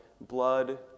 blood